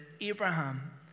Abraham